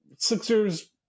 Sixers